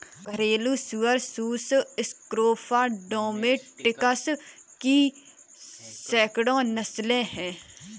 घरेलू सुअर sus scrofa domesticus की सैकड़ों नस्लें हैं